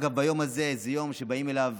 אגב, ביום הזה, היום באים אליו